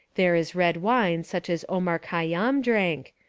there is red wine such as omar khayyam drank,